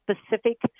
specific